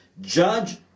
judge